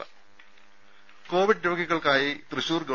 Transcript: രുമ കോവിഡ് രോഗികൾക്കായി തൃശൂർ ഗവ